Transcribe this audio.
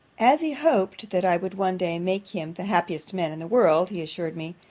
as he hoped, that i would one day make him the happiest man in the world, he assured me,